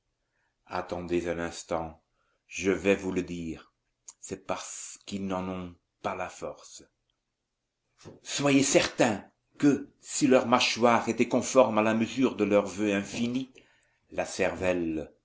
attendez un instant je vais vous le dire c'est parce qu'ils n'en ont pas la force soyez certains que si leur mâchoire était conforme à la mesure de leurs voeux infinis la cervelle